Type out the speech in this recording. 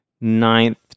ninth